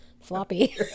floppy